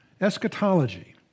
eschatology